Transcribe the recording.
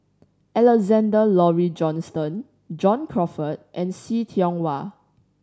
Alexander Laurie Johnston John Crawfurd and See Tiong Wah